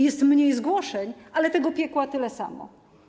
Jest mniej zgłoszeń, ale tego piekła tyle samo.